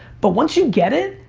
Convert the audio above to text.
but once you get it,